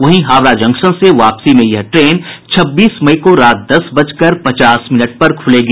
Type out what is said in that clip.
वहीं हावड़ा जंक्शन से वापसी में यह ट्रेन छब्बीस मई को रात दस बजकर पचास मिनट पर खुलेगी